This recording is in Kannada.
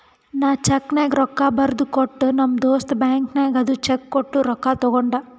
ನಾ ಚೆಕ್ನಾಗ್ ರೊಕ್ಕಾ ಬರ್ದು ಕೊಟ್ಟ ನಮ್ ದೋಸ್ತ ಬ್ಯಾಂಕ್ ನಾಗ್ ಅದು ಚೆಕ್ ಕೊಟ್ಟು ರೊಕ್ಕಾ ತಗೊಂಡ್